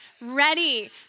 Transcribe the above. ready